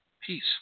Peace